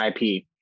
IP